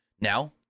Now